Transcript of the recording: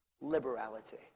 liberality